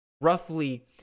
roughly